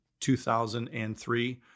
2003